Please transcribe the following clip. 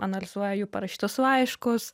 analizuoja jų parašytus laiškus